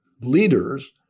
leaders